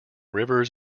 rivers